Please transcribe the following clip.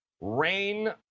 Rain